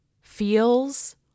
feels